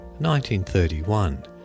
1931